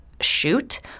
shoot